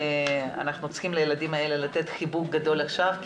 אנחנו צריכים לתת לילדים האלה חיבוק גדול עכשיו כי